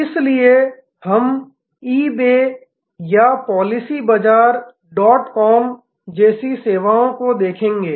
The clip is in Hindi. इसलिए हम ईबे या पॉलिसीबाजार डॉट कॉम जैसी सेवाओं को देखेंगे